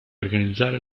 organizzare